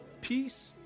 peace